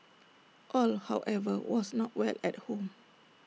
all however was not well at home